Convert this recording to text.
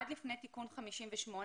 עד לפני תיקון 58,